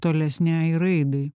tolesnei raidai